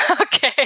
Okay